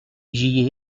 j’y